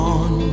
on